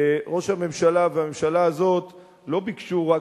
ראש הממשלה והממשלה הזאת לא ביקשו רק